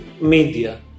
media